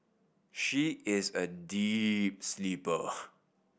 she is a deep sleeper